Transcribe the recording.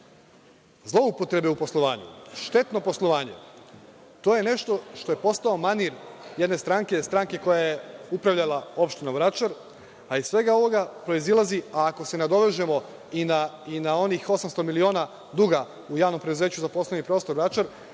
zloupotrebe u poslovanju, štetno poslovanje, to je nešto što je postao manir jedne stranke, stranke koja je upravljala opštinom Vračar, a iz svega ovog proizilazi, a ako se nadovežemo i na onih 800 miliona duga u javnom preduzeću za poslovni prostor Vračar,